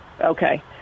Okay